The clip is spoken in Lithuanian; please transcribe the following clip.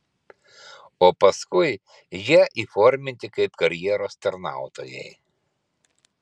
o paskui jie įforminti kaip karjeros tarnautojai